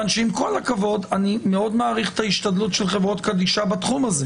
אני מאוד מעריך את השתדלות חברות הקדישא בתחום הזה,